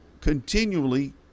continually